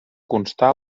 constar